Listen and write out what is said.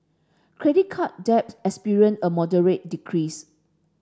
credit card debt experienced a moderate decrease